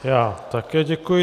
Já také děkuji.